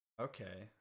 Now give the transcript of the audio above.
Okay